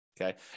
Okay